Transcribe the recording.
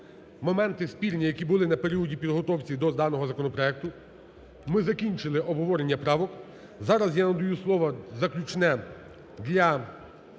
моменти спірні, які були на періоді підготовки до даного законопроекту. Ми закінчили обговорення правок. Зараз я надаю слово заключне для